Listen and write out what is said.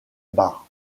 bar